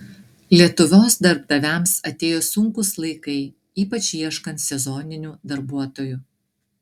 lietuvos darbdaviams atėjo sunkūs laikai ypač ieškant sezoninių darbuotojų